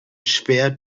schwer